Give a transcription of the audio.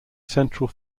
central